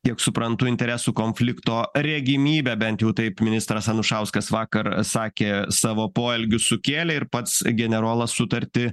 kiek suprantu interesų konflikto regimybę bent jau taip ministras anušauskas vakar sakė savo poelgiu sukėlė ir pats generolas sutartį